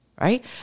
Right